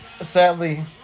Sadly